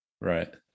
Right